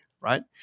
right